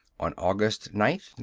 on august nine,